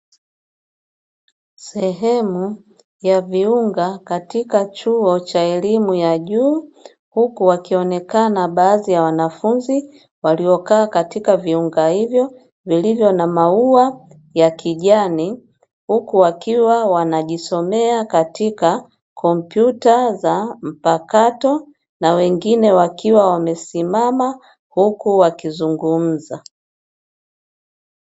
Sehemu ya viunga katika chuo cha elimu ya juu huku wakionekana baadhi ya wanafunzi waliokaa katika viunga hivyo vilivyo na maua ya kijani, huku wakiwa wanajisomea katika kompyuta za mpakato na wengine wakiwa wamesimama huku wakizungumza.